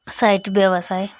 side व्यवसाय